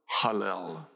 Hallel